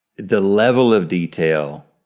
the level of detail,